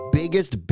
biggest